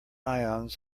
ions